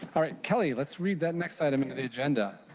all right kelly, let's read the next item into the agenda.